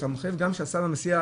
אתה מחייב שגם כשהסבא מסיע,